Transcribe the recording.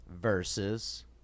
versus